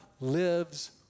lives